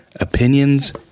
Opinions